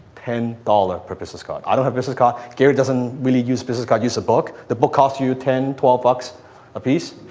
ten dollars per business card. i don't have business card, gary doesn't really use business card. i use a book. the book cost you ten, twelve bucks a piece.